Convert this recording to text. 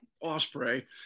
Osprey